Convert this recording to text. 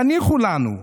תניחו לנו,